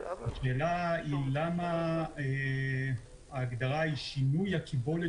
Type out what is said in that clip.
השאלה היא למה ההגדרה היא שינוי הקיבולת